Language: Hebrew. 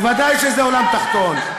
ודאי שזה עולם תחתון.